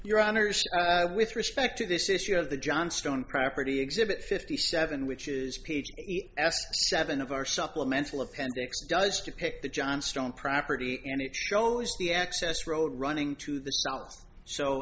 your honors with respect to this issue of the johnstone property exhibit fifty seven which is p t s seven of our supplemental appendix does depict the johnstone property and it shows the access road running to the so